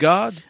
God